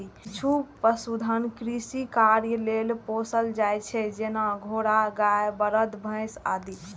किछु पशुधन कृषि कार्य लेल पोसल जाइ छै, जेना घोड़ा, गाय, बरद, भैंस आदि